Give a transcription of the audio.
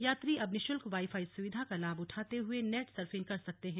यात्री अब निशुल्क वाई फाई सुविधा का लाभ उठाते हुए नेट सर्फिंग कर सकते हैं